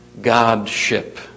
Godship